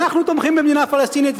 אנחנו תומכים במדינה פלסטינית,